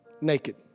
naked